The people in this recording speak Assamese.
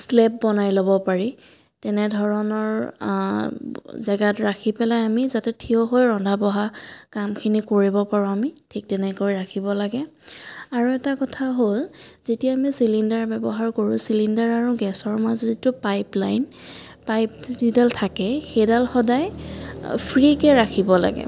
শ্লেপ বনাই ল'ব পাৰি তেনেধৰণৰ জেগাত ৰাখি পেলাই আমি যাতে থিয় হৈ ৰন্ধা বঢ়া কামখিনি কৰিব পাৰোঁ আমি ঠিক তেনেকৈ ৰাখিব লাগে আৰু এটা কথা হ'ল যেতিয়া আমি চিলিণ্ডাৰ ব্যৱহাৰ কৰোঁ চিলিণ্ডাৰ আৰু গেছৰ মাজৰ যিটো পাইপ লাইন পাইপ যিডাল থাকে সেইডাল সদায় ফ্ৰীকৈ ৰাখিব লাগে